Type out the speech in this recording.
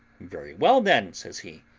very well, then, says he,